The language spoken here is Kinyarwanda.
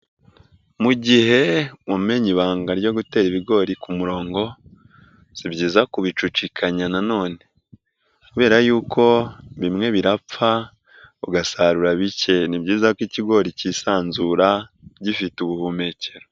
Mu gihe umenya ibanga ryo gutera ibigori ku murongo, si byiza kubicucikanya na none kubera yuko bimwe birapfa ugasarura bike. Ni byiza ko ikigori kisanzura gifite ubuhumekero.